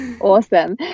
Awesome